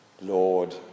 Lord